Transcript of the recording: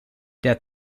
der